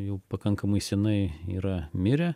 jau pakankamai senai yra mirę